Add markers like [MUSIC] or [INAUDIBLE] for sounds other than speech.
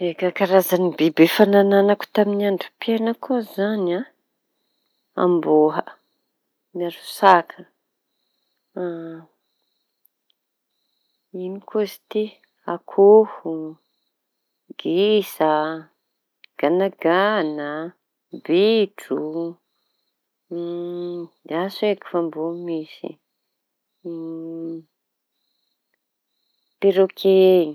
Eka, karaza biby efa nananako tamin'ny androm-piainako koa izañy a! Amboa miaro saka [HESITATION] ino koizy ty? Akoho, gisa, ganagana, bitro, [HESITATION] ndraso eky fa mbola [HESITATION] perôke iñy. [NOISE]